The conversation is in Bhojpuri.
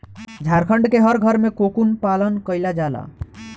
झारखण्ड के हर घरे में कोकून पालन कईला जाला